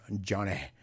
Johnny